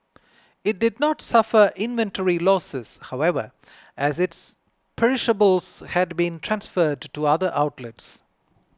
it did not suffer inventory losses however as its perishables had been transferred to do other outlets